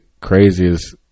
craziest